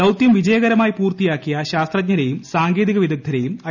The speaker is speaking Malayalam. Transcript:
ദൌതൃം വിജയകരമായി പൂർത്തിയാക്കിയ ശാസ്ത്രജ്ഞരേയും സാങ്കേതിക വിദഗ്ധരേയും ഐ